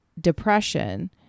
depression